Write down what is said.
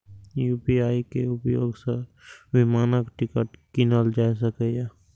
UPI के उपयोग सं विमानक टिकट कीनल जा सकैए